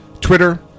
Twitter